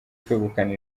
kwegukana